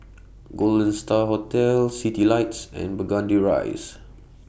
Golden STAR Hotel Citylights and Burgundy Rise